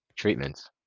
treatments